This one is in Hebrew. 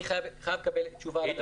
אני רוצה תשובה על הדבר הזה.